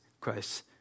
Christ